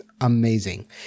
amazing